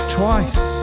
twice